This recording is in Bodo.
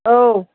औ